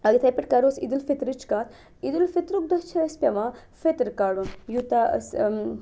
یِتھَے پٲٹھۍ کَرو أسۍ عیٖدالفطرٕچ کَتھ عیٖدالفطرُک دۄہ چھِ أسۍ پٮ۪وان فِطر کَڑن یوٗتاہ أسۍ